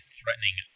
threatening